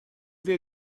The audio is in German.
wir